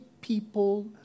people